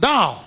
Now